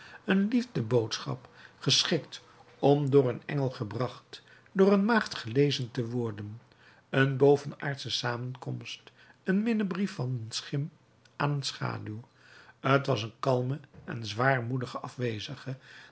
een liefdeboodschap geschikt om door een engel gebracht door een maagd gelezen te worden een bovenaardsche samenkomst een minnebrief van een schim aan een schaduw t was een kalme en zwaarmoedige afwezige